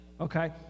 Okay